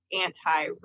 anti